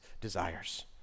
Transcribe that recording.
desires